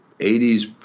80s